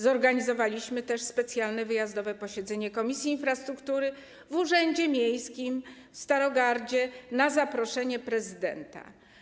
Zorganizowaliśmy też specjalne wyjazdowe posiedzenie Komisji Infrastruktury w urzędzie miejskim w Starogardzie na zaproszenie prezydenta.